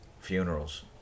funerals